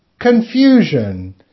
confusion